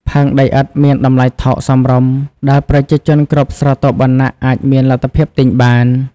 ផើងដីឥដ្ឋមានតម្លៃថោកសមរម្យ ដែលប្រជាជនគ្រប់ស្រទាប់វណ្ណៈអាចមានលទ្ធភាពទិញបាន។